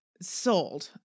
Sold